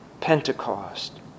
Pentecost